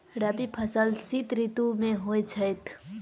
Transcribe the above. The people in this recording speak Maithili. रबी फसल शीत ऋतु मे होए छैथ?